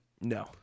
No